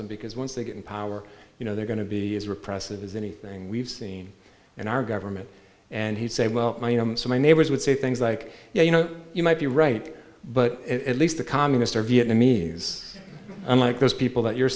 them because once they get in power you know they're going to be as repressive as anything we've seen in our government and he'd say well so my neighbors would say things like you know you might be right but at least the communists are vietnamese unlike those people that you're